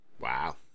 Wow